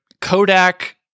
Kodak